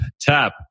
Tap